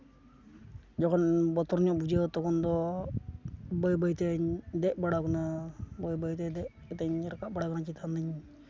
ᱡᱚᱠᱷᱚᱱ ᱵᱚᱛᱚᱨ ᱧᱚᱜ ᱵᱩᱡᱷᱟᱹᱜᱼᱟ ᱛᱚᱠᱷᱚᱱ ᱫᱚ ᱵᱟᱹᱭ ᱵᱟᱹᱭᱛᱤᱧ ᱫᱮᱡ ᱵᱟᱲᱟᱣ ᱠᱟᱱᱟ ᱵᱟᱹᱭ ᱵᱟᱹᱭᱛᱮ ᱫᱮᱡ ᱠᱟᱛᱮᱧ ᱨᱟᱠᱟᱵ ᱵᱟᱲᱟ ᱠᱟᱱᱟ ᱪᱮᱛᱟᱱ ᱫᱚᱧ